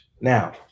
Now